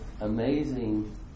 amazing